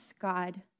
God